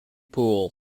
pool